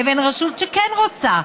לבין רשות שכן רוצה,